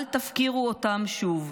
אל תפקירו אותם שוב.